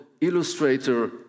illustrator